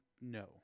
No